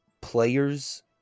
players